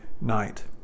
night